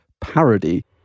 parody